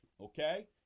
okay